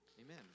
amen